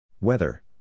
Weather